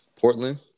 Portland